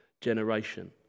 generation